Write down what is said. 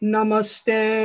Namaste